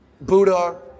Buddha